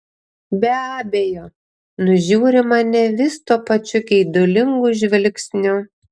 be abejo nužiūri mane vis tuo pačiu geidulingu žvilgsniu